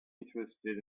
interested